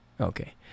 Okay